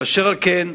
אשר על כן,